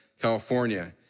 California